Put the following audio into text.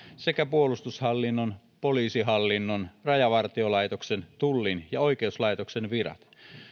sekä puolustushallinnon poliisihallinnon rajavartiolaitoksen tullin ja oikeuslaitoksen virat